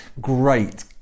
great